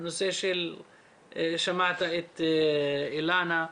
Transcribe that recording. שמעת את אילה,